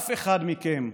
אף אחד מכם,